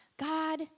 God